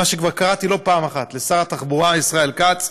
מה שכבר קראתי לא אחת לשר התחבורה ישראל כץ,